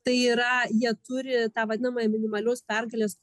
tai yra jie turi tą vadinamąją minimalios pergalės